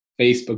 Facebook